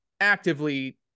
actively